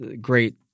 great